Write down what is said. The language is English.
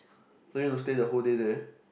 so you don't stay the whole day there